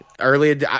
Early –